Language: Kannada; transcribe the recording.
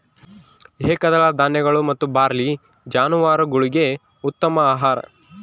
ಏಕದಳ ಧಾನ್ಯಗಳು ಮತ್ತು ಬಾರ್ಲಿ ಜಾನುವಾರುಗುಳ್ಗೆ ಉತ್ತಮ ಆಹಾರ